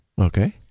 Okay